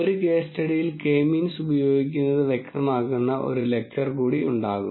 ഒരു കേസ് സ്റ്റഡിയിൽ K means ഉപയോഗിക്കുന്നത് വ്യക്തമാക്കുന്ന ഒരു ലെക്ച്ചർ കൂടി ഉണ്ടാകും